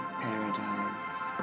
paradise